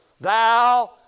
thou